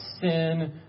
sin